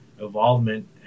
involvement